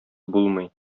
булмый